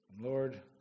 Lord